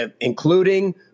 including